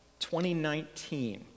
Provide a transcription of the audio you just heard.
2019